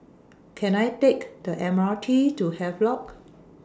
Can I Take The M R T to Havelock